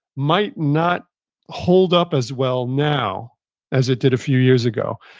might not hold up as well now as it did a few years ago.